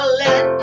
let